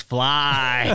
Fly